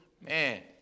Man